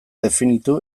definitu